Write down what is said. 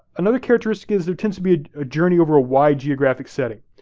another characteristic is it tends to be a journey over a wide geographic setting,